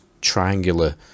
Triangular